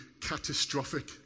catastrophic